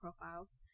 profiles